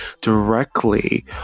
directly